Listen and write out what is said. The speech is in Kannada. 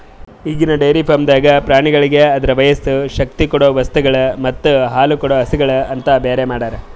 ಈಗಿನ ಡೈರಿ ಫಾರ್ಮ್ದಾಗ್ ಪ್ರಾಣಿಗೋಳಿಗ್ ಅದುರ ವಯಸ್ಸು, ಶಕ್ತಿ ಕೊಡೊ ವಸ್ತುಗೊಳ್ ಮತ್ತ ಹಾಲುಕೊಡೋ ಹಸುಗೂಳ್ ಅಂತ ಬೇರೆ ಮಾಡ್ತಾರ